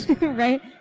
Right